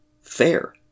fair